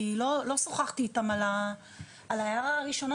כי לא שוחחתי איתם על הערה הראשונה,